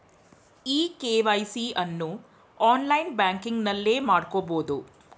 E KYC ಅನ್ನು online ಬ್ಯಾಂಕಿಂಗ್ನಲ್ಲೇ ಮಾಡ್ಕೋಬೋದು